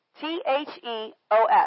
t-h-e-o-s